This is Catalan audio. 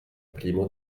primo